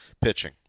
Pitching